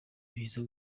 biza